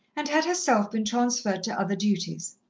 and had herself been transferred to other duties.